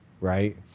Right